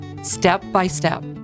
step-by-step